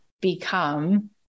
become